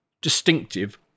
distinctive